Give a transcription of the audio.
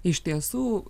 iš tiesų